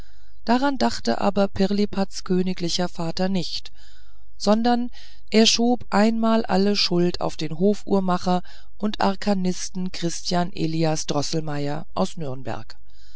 daran dachte aber pirlipats königlicher vater nicht sondern er schob einmal alle schuld auf den hofuhrmacher und arkanisten christian elias droßelmeier aus nürnberg